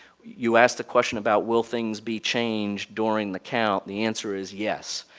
you asked the question about will things be changed during the count? the answer is yes.